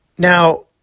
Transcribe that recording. Now